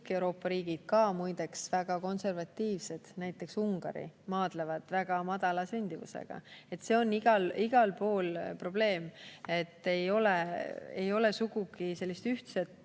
Euroopa riigid, ka muideks väga konservatiivsed, näiteks Ungari, maadlevad väga madala sündimusega? See on igal pool probleem. Ei ole sugugi sellist üht